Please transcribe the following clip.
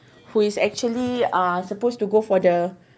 who is actually uh supposed to go for the